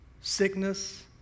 sickness